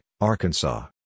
Arkansas